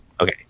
Okay